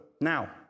Now